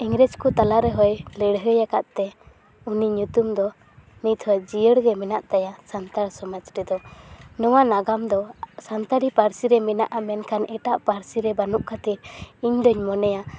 ᱤᱝᱨᱮᱡᱽ ᱠᱚ ᱛᱟᱞᱟ ᱨᱮᱦᱚᱸᱭ ᱞᱟᱹᱲᱦᱟᱹᱭ ᱟᱠᱟᱫ ᱛᱮ ᱩᱱᱤ ᱧᱩᱛᱩᱢ ᱫᱚ ᱱᱤᱛᱦᱚᱸ ᱡᱤᱭᱟᱹᱲ ᱜᱮ ᱢᱮᱱᱟᱜ ᱛᱟᱭᱟ ᱥᱟᱱᱛᱟᱲ ᱥᱚᱢᱟᱡᱽ ᱨᱮᱫᱚ ᱱᱚᱣᱟ ᱱᱟᱜᱟᱢ ᱫᱚ ᱥᱟᱱᱛᱟᱲᱤ ᱯᱟᱹᱨᱥᱤ ᱨᱮ ᱢᱮᱱᱟᱜᱼᱟ ᱢᱮᱱᱠᱷᱟᱱ ᱮᱴᱟᱜ ᱯᱟᱹᱨᱥᱤ ᱨᱮ ᱵᱟᱹᱱᱩᱜ ᱠᱷᱟᱹᱛᱤᱨ ᱤᱧ ᱫᱚᱧ ᱢᱚᱱᱮᱭᱟ